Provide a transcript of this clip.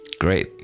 Great